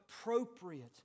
appropriate